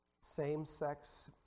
same-sex